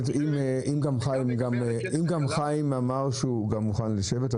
אם גם חיים אמר שהוא גם מוכן לשבת,